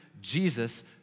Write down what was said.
Jesus